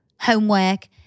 homework